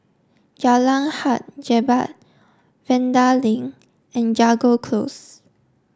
Jalan Hang Jebat Vanda Link and Jago Close